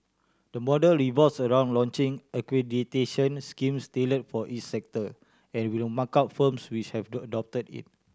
the model revolves around launching accreditation schemes tailored for each sector and will mark out firms which have adopted it